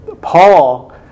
Paul